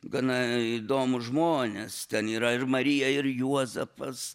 gana įdomūs žmonės ten yra ir marija ir juozapas